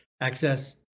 access